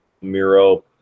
Miro